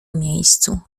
miejscu